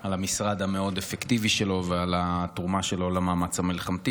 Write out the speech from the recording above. על המשרד המאוד-אפקטיבי שלו ועל התרומה שלו למאמץ המלחמתי,